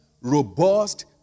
robust